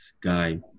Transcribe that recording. guy